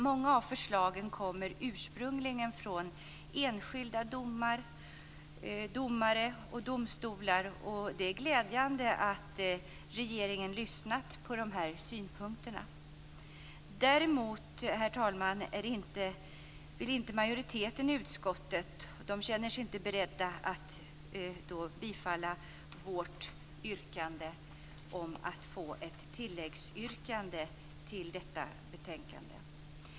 Många av förslagen kommer ursprungligen från enskilda domare och domstolar, och det är glädjande att regeringen har lyssnat på de synpunkterna. Däremot, herr talman, känner sig inte majoriteten i utskottet beredd att tillstyrka vårt förslag om ett tilläggsyrkande till detta betänkande.